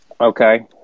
Okay